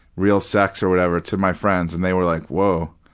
real sex or whatever, to my friends. and they were like, whoa,